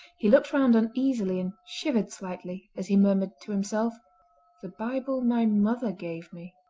he looked round uneasily and shivered slightly, as he murmured to himself the bible my mother gave me!